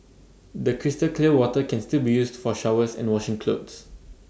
the crystal clear water can still be used for showers and washing clothes